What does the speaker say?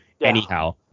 anyhow